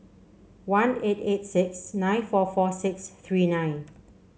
one eight eight six nine four four six three nine